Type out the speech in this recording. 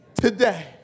Today